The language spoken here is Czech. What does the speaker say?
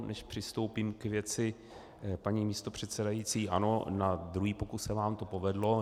Než přistoupím k věci, paní předsedající ano, na druhý pokus se vám to povedlo.